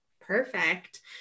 Perfect